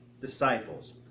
disciples